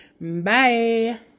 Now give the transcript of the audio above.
Bye